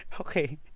Okay